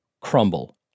crumble